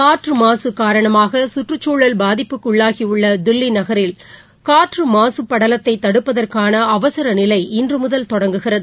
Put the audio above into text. காற்றுமாசுகாரணமாகசுற்றுச்சூழல் பாதிப்புக்குள்ளாகியுள்ளதில்லிநகரில் காற்றமாசுபடலத்தைதடுப்பதற்கானஅவசரநிலை இன்றுமுதல் தொடங்குகிறது